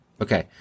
okay